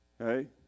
Okay